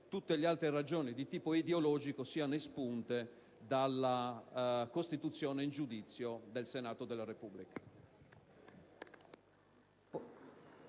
tutte le altre ragioni di tipo ideologico siano espunte dalla costituzione in giudizio del Senato della Repubblica.